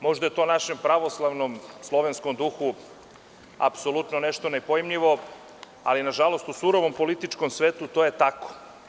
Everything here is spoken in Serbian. Možda je to našem pravoslavnom, slovenskom duhu apsolutno nešto nepojmljivo, ali nažalost, u surovom političkom svetu to je tako.